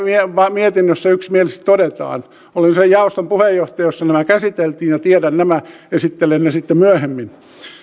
mietinnössä yksimielisesti todetaan olen sen jaoston puheenjohtaja jossa nämä käsiteltiin ja tiedän nämä esittelen ne sitten myöhemmin